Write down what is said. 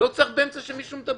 לא צריך באמצע כשמישהו מדבר,